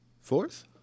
Fourth